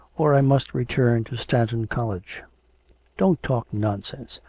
or i must return to stanton college don't talk nonsense,